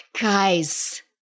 Guys